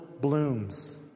blooms